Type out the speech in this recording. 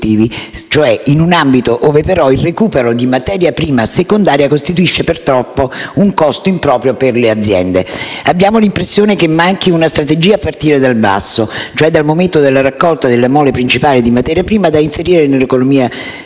un ambito, però, ove il recupero di materia prima secondaria costituisce purtroppo un costo improprio per le aziende. Abbiamo l'impressione che manchi una strategia a partire dal basso, cioè dal momento della raccolta della mole principale di materia prima da inserire nell'economia circolare,